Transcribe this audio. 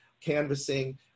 canvassing